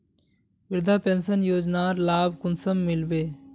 वृद्धा पेंशन योजनार लाभ कुंसम मिलबे?